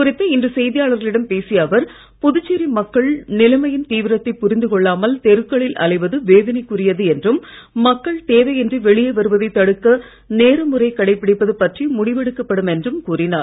குறித்து இன்று இது செய்தியாளர்களிடம் பேசிய அவர் புதுச்சேரி மக்கள் நிலைமையின் தீவிரத்தை புரிந்து கொள்ளாமல் தெருக்களில் அலைவது வேதனைக்குரியது என்றும் மக்கள் தேவையின்றி வெளியே வருவதை தடுக்க நேர முறை கடைபிடிப்பது பற்றி முடிவெடுக்கப்படும் என்றும் கூறினார்